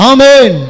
Amen